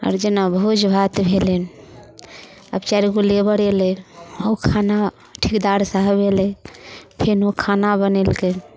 आओर जेना भोज भात भेलनि आब चारि गो लेबर एलै ओ खाना ठेकेदार साहब एलै फेर ओ खाना बनेलकै